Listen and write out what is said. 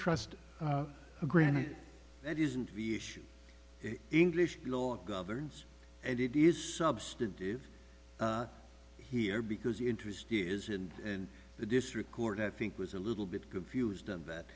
trust granted it isn't english law governs and it is substantive here because the interest is in and the district court i think was a little bit confused on that